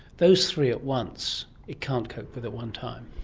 those three at once it can't cope with at one time.